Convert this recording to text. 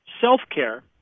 self-care